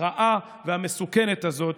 הרעה והמסוכנת הזאת,